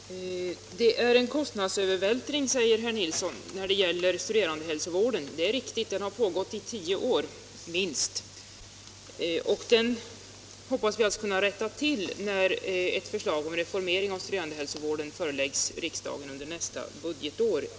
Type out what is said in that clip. Herr talman! Det är en kostnadsövervältring, säger herr Nilsson i Kristianstad, när det gäller studerandehälsovården. Det är riktigt — den har pågått i tio år, minst! Det hoppas jag skall kunna rättas till när ett förslag om reformering av studerandehälsovården föreläggs riksdagen under nästa budgetår.